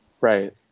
Right